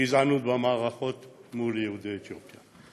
גזענות במערכות מול יהודי אתיופיה.